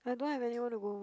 but I don't have anyone to go